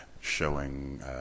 showing